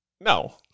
no